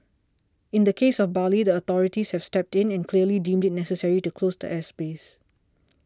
in the case of Bali the authorities have stepped in and clearly deemed it necessary to close the airspace